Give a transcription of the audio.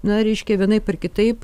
na reiškia vienaip ar kitaip